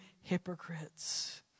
hypocrites